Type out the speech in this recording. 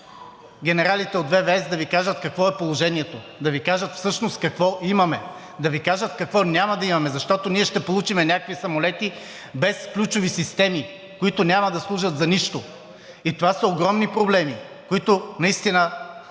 от ВВС да Ви кажат какво е положението, да Ви кажат всъщност какво имаме. Да Ви кажат какво няма да имаме, защото ние ще получим някакви самолети без ключови системи, които няма да служат за нищо. И това са огромни проблеми, които не мога